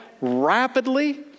rapidly